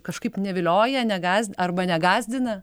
kažkaip nevilioja negąsd arba negąsdina